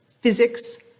physics